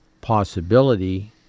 possibility